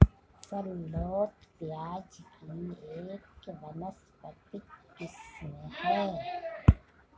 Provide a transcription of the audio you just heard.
shallot प्याज़ की एक वानस्पतिक किस्म है